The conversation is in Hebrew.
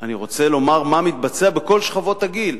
אני רוצה לומר מה מתבצע בכל שכבות הגיל.